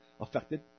affected